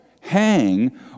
hang